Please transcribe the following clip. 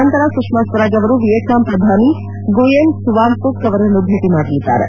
ನಂತರ ಸುಷ್ಪಾಸ್ತರಾಜ್ ಅವರು ವಿಯೆಟ್ನಾಂ ಪ್ರಧಾನಿ ನ್ಗುಯೇನ್ ಕುವಾನ್ ಫುಕ್ ಅವರನ್ನು ಭೇಟ ಮಾಡಲಿದ್ದಾರೆ